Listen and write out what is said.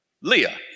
Leah